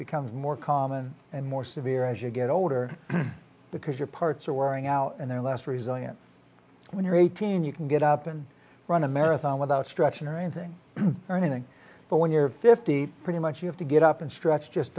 becomes more common and more severe as you get older because your parts are wearing out and they're less resilient when you're eighteen you can get up and run a marathon without stretching or anything or anything but when you're fifty pretty much you have to get up and stretch just